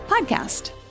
podcast